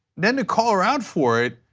then to call her out for it,